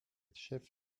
chef